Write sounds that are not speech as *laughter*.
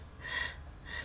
*laughs*